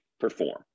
perform